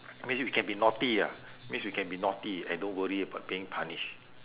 means we can be naughty ah means we can be naughty and don't worry about being punished